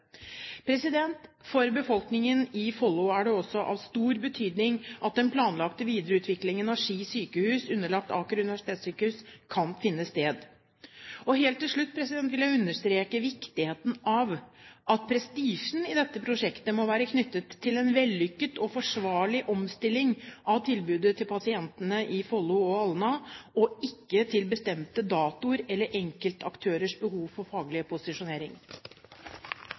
For befolkningen i Follo er det også av stor betydning at den planlagte videreutviklingen av Ski sykehus, underlagt Aker universitetssykehus, kan finne sted. Helt til slutt vil jeg understreke viktigheten av at prestisjen i dette prosjektet må være knyttet til en vellykket og forsvarlig omstilling av tilbudet til pasientene i Follo og Alna, og ikke til bestemte datoer eller enkeltaktørers behov for faglig posisjonering.